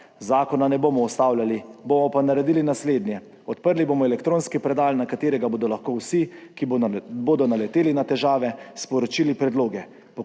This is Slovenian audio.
"Zakona ne bomo ustavljali, bomo pa naredili naslednje: odprli bomo elektronski predal, na katerega bodo lahko vsi, ki bodo naleteli na težave, sporočili predloge.